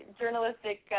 journalistic